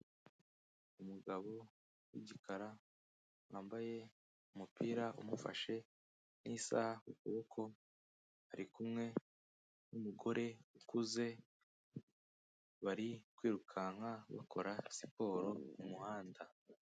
Umugabo w'igikara wambaye umupira umufashe n'isaha ku kuboko, ari kumwe n'umugore ukuze, bari kwirukanka bakora siporo mu muhanda.